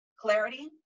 clarity